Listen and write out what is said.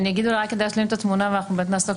אני אומר כדי להשלים את התמונה ובאמת נעסוק